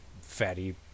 fatty